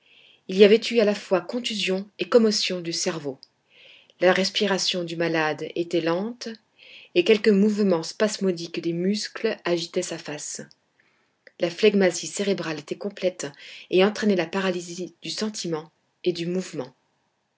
il y avait eu à la fois contusion et commotion du cerveau la respiration du malade était lente et quelques mouvements spasmodiques des muscles agitaient sa face la phlegmasie cérébrale était complète et entraînait la paralysie du sentiment et du mouvement